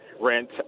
rent